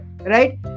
Right